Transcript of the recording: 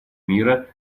мира